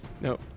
No